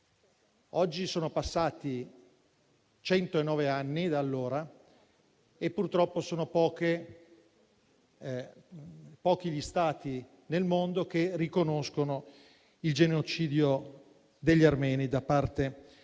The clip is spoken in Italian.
Sono passati centonove anni da allora e purtroppo sono pochi gli Stati nel mondo che riconoscono il genocidio degli armeni da parte dei